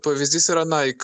pavyzdys yra nike